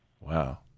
Wow